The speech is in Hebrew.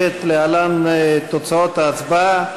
להלן תוצאות ההצבעה: